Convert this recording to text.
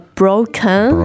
broken